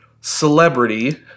celebrity